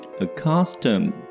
accustomed